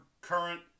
current